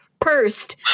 pursed